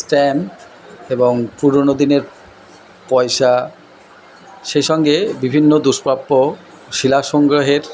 stamp এবং পুরোনো দিনের পয়সা সেই সঙ্গে বিভিন্ন দুষ্প্রাপ্য শিলা সংগ্রহের